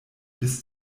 bis